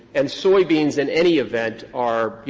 and soybeans, in any event, are you